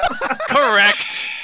Correct